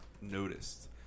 noticed